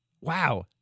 wow